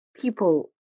people